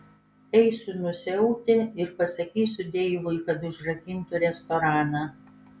eisiu nusiauti ir pasakysiu deivui kad užrakintų restoraną